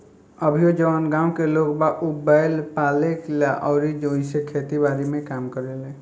अभीओ जवन गाँव के लोग बा उ बैंल पाले ले अउरी ओइसे खेती बारी के काम करेलें